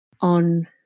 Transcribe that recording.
on